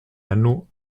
anneau